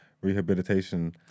Rehabilitation